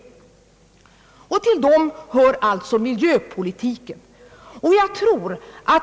Till dem hör alltså miljöpolitiken.